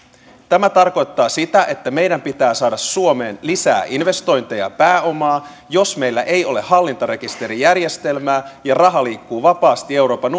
tämä tarkoittaa sitä että meidän pitää saada suomeen lisää investointeja pääomaa jos meillä ei ole hallintarekisterijärjestelmää ja raha liikkuu vapaasti euroopan